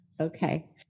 Okay